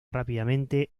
rápidamente